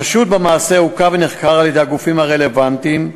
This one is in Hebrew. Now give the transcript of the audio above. חשוד במעשה עוכב ונחקר על-ידי הגופים הרלוונטיים.